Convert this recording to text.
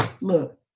look